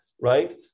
Right